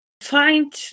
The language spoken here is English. find